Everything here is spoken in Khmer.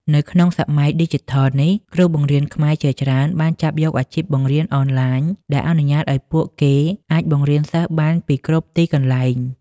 នៅក្នុងសម័យឌីជីថលនេះ គ្រូបង្រៀនខ្មែរជាច្រើនបានចាប់យកអាជីពបង្រៀនអនឡាញ ដែលអនុញ្ញាតឱ្យពួកគេអាចបង្រៀនសិស្សបានពីគ្រប់ទីកន្លែង។